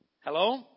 Hello